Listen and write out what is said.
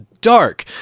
Dark